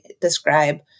describe